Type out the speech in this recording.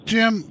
Jim